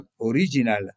original